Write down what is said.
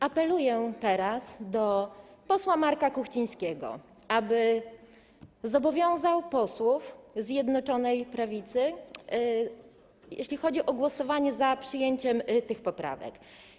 Apeluję teraz do posła Marka Kuchcińskiego, aby zobowiązał posłów Zjednoczonej Prawicy, jeśli chodzi o głosowanie za przyjęciem tych poprawek.